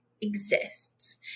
exists